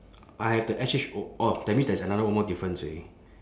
I have the S H O orh that means there is another one more difference already